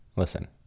Listen